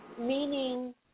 meaning